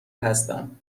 هستم